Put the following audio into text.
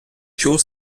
чув